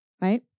right